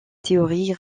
théorie